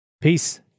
Peace